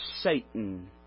Satan